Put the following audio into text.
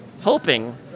hoping